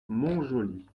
montjoly